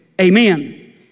amen